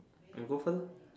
you go first ah